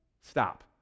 Stop